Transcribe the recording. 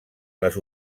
les